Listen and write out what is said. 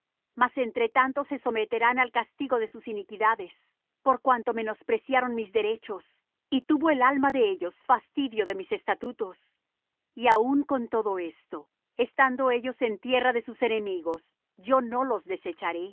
ellos mas entretanto se someterán al castigo de sus iniquidades por cuanto menospreciaron mis derechos y tuvo el alma de ellos fastidio de mis estatutos y aun con todo esto estando ellos en tierra de sus enemigos yo no los desecharé